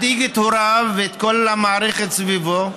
מדאיג את הוריו ואת כל המערכת סביבו,